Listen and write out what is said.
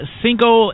cinco